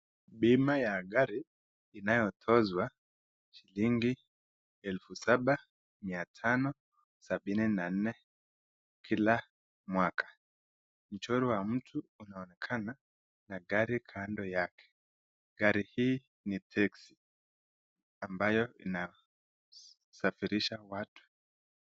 Bima ya gari inayotozwa shilingi elfu saba mia tano sabini na nne kila mwaka. Mchoro wa mtu unaonekana na gari kando yake. Gari hii ni teksi ambayo inasafirisha watu.